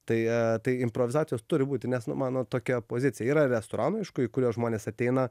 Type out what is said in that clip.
tai tai improvizacijos turi būti nes nu mano tokia pozicija yra restoranų aišku į kuriuos žmonės ateina